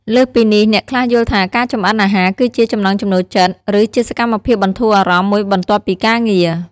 លើសពីនេះ អ្នកខ្លះយល់ថាការចម្អិនអាហារគឺជា ចំណង់ចំណូលចិត្ត ឬជាសកម្មភាពបន្ធូរអារម្មណ៍មួយបន្ទាប់ពីការងារ។